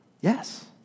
Yes